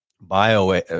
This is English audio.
bio